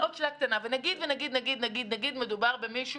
עוד שאלה קטנה: אולי זה חריג אבל נגיד שמדובר במישהו